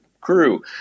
crew